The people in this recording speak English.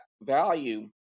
value